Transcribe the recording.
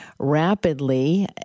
Rapidly